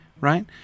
right